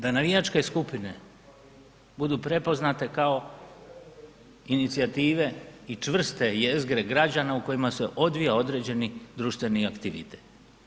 Da navijačke skupine budu prepoznate kao inicijative i čvrste jezgre građana u kojima se odvija određeni društveni aktivitet.